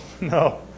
no